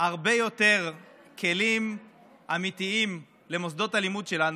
הרבה יותר כלים אמיתיים למוסדות הלימוד שלנו,